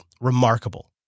remarkable